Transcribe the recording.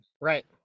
Right